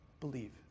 believe